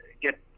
get